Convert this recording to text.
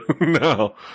No